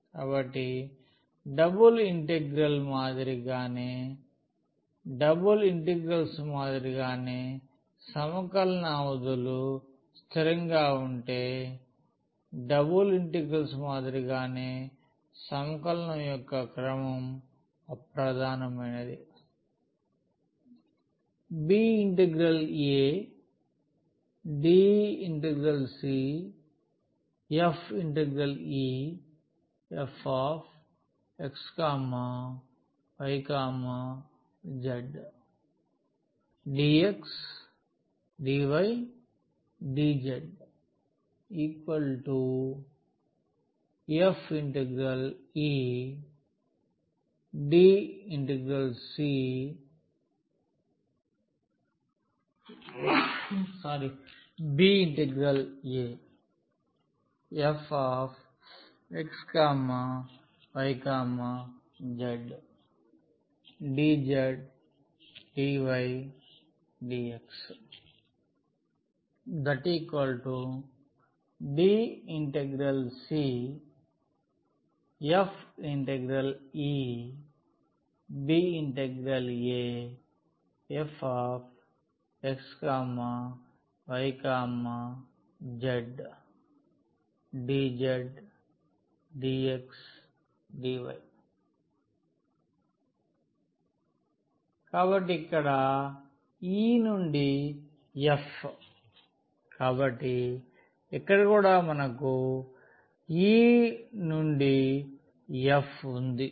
కాబట్టి double integral మాదిరిగానే double integrals మాదిరిగానే సమకలన అవధులు స్థిరంగా ఉంటే డబుల్ ఇంటిగ్రల్స్ మాదిరిగానే సమకలన యొక్క క్రమం అప్రధాన మైనది abcdeff x y z dxdydzefcdabf x y z dzdydx cdefabf x y z dzdxdy కాబట్టి ఇక్కడe నుండి f కాబట్టి ఇక్కడ కూడా మనకు e నుండి f వుంది